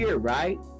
right